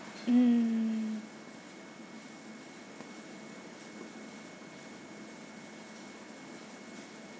mm